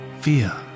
fear